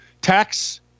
tax